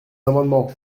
amendements